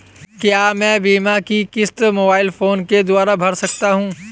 क्या मैं बीमा की किश्त मोबाइल फोन के द्वारा भर सकता हूं?